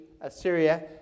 Assyria